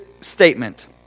statement